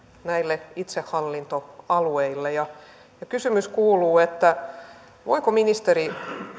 näille itsehallintoalueille kysymys kuuluu voiko ministeri